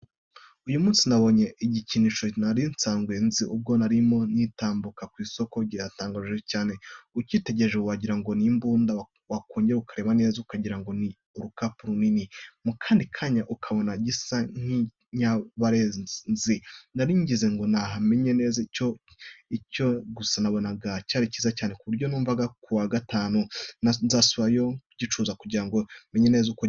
Uyu munsi nabonye igikinisho ntari nsanzwe nzi. Ubwo narimo ntambuka mu isoko, cyantangaje cyane. Ucyitegereje, wagira ngo ni imbunda, wakongera kureba neza, ukagira ngo ni urukapu runini, mu kandi kanya, ukabona gisa n’ikiryabarezi. Narinze ntaha ntamenye neza icyo ari cyo, gusa nabonaga ari cyiza cyane, ku buryo numva ku wa gatanu nzasubirayo nkashaka ugicuruza, kugira ngo menye neza uko gikora.